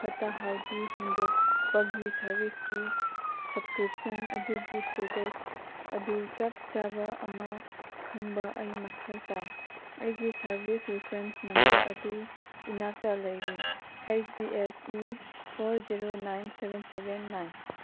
ꯐꯠꯇ ꯍꯥꯎꯗꯤ ꯍꯨꯟꯗꯣꯛꯄꯒꯤ ꯁꯥꯔꯕꯤꯁꯀꯤ ꯁꯞꯁꯀ꯭ꯔꯤꯞꯁꯟ ꯑꯗꯨꯒꯤ ꯁ꯭ꯇꯦꯇꯁ ꯑꯗꯨ ꯆꯞ ꯆꯥꯕ ꯑꯃ ꯈꯪꯕ ꯑꯩ ꯃꯊꯧ ꯇꯥꯏ ꯑꯩꯒꯤ ꯁꯥꯔꯕꯤꯁ ꯔꯤꯐ꯭ꯔꯦꯟꯁ ꯅꯝꯕꯔ ꯑꯗꯨ ꯏꯅꯥꯛꯇ ꯂꯩꯔꯤ H B S E four zero nine seven seven nine